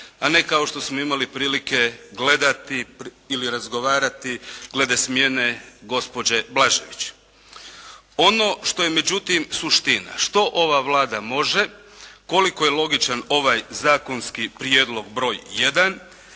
a ne kao što smo imali prilike gledati ili razgovarati glede smjene gospođe Blažević. Ono što je međutim suština, što ova Vlada može, koliko je logičan ovaj zakonski prijedlog broj